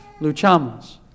luchamos